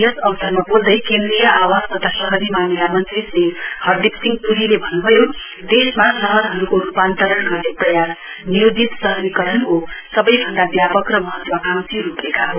यस अवसरमा बोल्दै केन्द्रीय आवास तथा शहरी मामिला मन्त्री श्री हरदीप सिंह प्रूले भन्न्भयो देशमा शहरहरूको रूपान्तरण गर्ने प्रयास नियोजित शहरीकरणको सबैभन्दा व्यापक र महत्वकांक्षी रूपरेखा हो